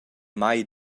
mai